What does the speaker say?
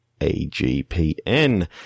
AGPN